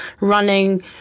running